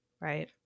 right